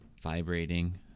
vibrating